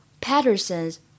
Patterson's